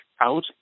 out